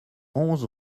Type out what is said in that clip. onze